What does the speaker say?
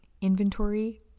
inventory